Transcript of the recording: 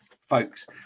folks